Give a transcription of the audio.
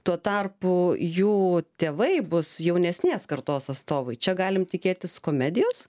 tuo tarpu jų tėvai bus jaunesnės kartos atstovai čia galim tikėtis komedijos